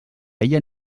ella